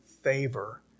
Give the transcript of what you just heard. favor